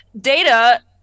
Data